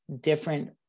different